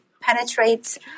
penetrates